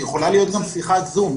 זו יכולה להיות גם שיחת זום,